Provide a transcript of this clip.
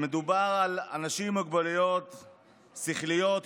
מדובר על אנשים עם מוגבלויות שכליות-התפתחותיות,